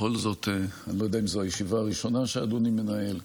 בכל זאת אני לא יודע אם זו הישיבה הראשונה שאדוני מנהל,